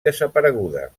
desapareguda